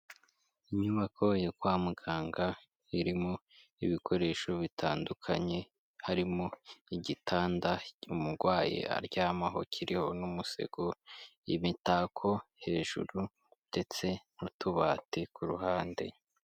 Inyubako yo kwa muganga irimo ibikoresho bitandukanye, harimo igitanda umurwayi aryamaho, kiriho n'umusego, imitako hejuru ndetse n'utubati ku ruhande.